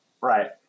Right